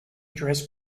dress